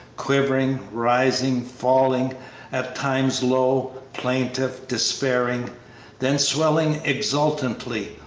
quivering, rising, falling at times low, plaintive, despairing then swelling exultantly,